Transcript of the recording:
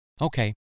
Okay